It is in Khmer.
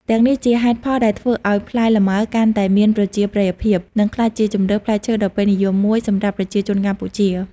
ទាំងនេះជាហេតុផលដែលធ្វើឱ្យផ្លែលម៉ើកាន់តែមានប្រជាប្រិយភាព និងក្លាយជាជម្រើសផ្លែឈើដ៏ពេញនិយមមួយសម្រាប់ប្រជាជនកម្ពុជា។